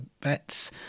bets